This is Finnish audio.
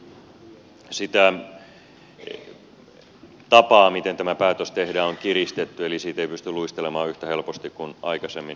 sitä tapaa miten tämä päätös tehdään on kiristetty eli siitä ei pysty luistelemaan pois yhtä helposti kuin aikaisemmin